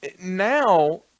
Now